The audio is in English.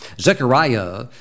Zechariah